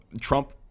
Trump